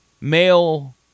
male